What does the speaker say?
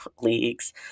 leagues